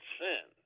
sin